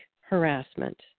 harassment